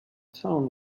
town